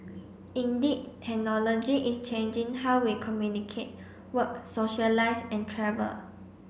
indeed technology is changing how we communicate work socialise and travel